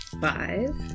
Five